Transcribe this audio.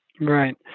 Right